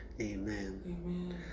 Amen